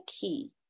key